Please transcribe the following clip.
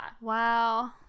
Wow